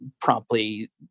promptly